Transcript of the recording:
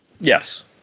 Yes